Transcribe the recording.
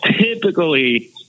typically